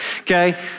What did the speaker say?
okay